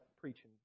preaching